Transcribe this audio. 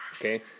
Okay